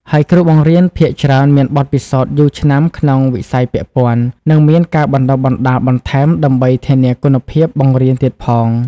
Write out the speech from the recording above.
ហើយគ្រូបង្រៀនភាគច្រើនមានបទពិសោធន៍យូរឆ្នាំក្នុងវិស័យពាក់ព័ន្ធ និងមានការបណ្តុះបណ្តាលបន្ថែមដើម្បីធានាគុណភាពបង្រៀនទៀតផង។